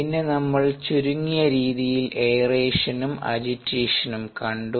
പിന്നെ നമ്മൾ ചുരുങ്ങിയ രീതിയിൽ എയറേഷനും അജിറ്റേഷനും aeration agitation കണ്ടു